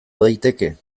daiteke